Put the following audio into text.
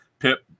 Pip